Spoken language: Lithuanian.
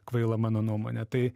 kvaila mano nuomone tai